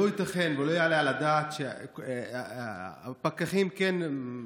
לא ייתכן ולא יעלה על הדעת שפקחים כן משחררים